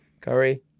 curry